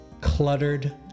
cluttered